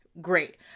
great